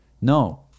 No